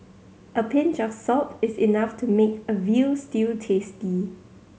a pinch of salt is enough to make a veal stew tasty